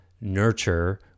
nurture